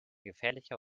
gefährlicher